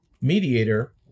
mediator